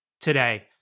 today